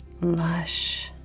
lush